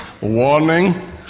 Warning